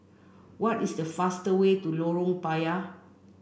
what is the fastest way to Lorong Payah